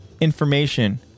information